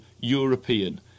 European